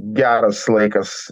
geras laikas